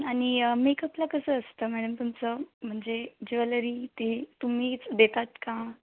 आणि मेकअपला कसं असतं मॅडम तुमचं म्हणजे ज्वेलरी ते तुम्हीच देतात का